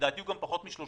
לדעתי הוא גם פחות מ-30%